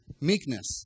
meekness